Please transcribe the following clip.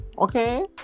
Okay